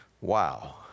Wow